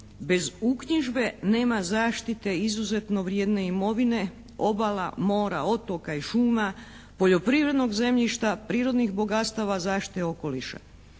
Bez uknjižbe nema zaštite izuzetno vrijedne imovine obala, mora, otoka i šuma, poljoprivrednog zemljišta, prirodnih bogatstava, zaštite okoliša.